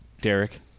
Derek